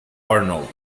arnold